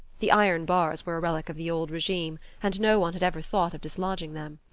the iron bars were a relic of the old regime, and no one had ever thought of dislodging them.